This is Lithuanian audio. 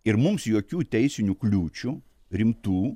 ir mums jokių teisinių kliūčių rimtų